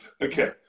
okay